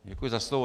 Děkuji za slovo.